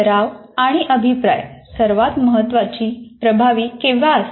सराव आणि अभिप्राय सर्वात प्रभावी केव्हा असतात